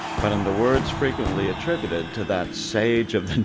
but in the words frequently attributed to that sage of